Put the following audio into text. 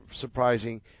surprising